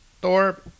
Thor